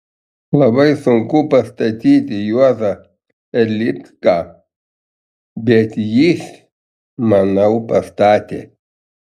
labai sunku pastatyti juozą erlicką bet jis manau pastatė